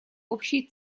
общей